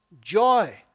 joy